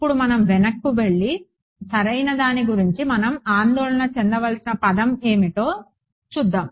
ఇప్పుడు మనం వెనుకకు వెళ్లి సరైన దాని గురించి మనం ఆందోళన చెందాల్సిన పదం ఏమిటో చూద్దాం